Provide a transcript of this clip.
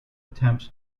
attempts